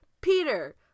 Peter